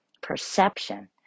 perception